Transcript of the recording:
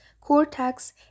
cortex